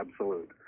absolute